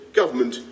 government